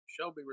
Shelby